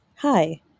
Hi